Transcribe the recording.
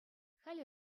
халӗ